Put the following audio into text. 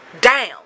down